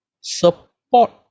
support